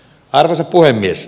arvoisa puhemies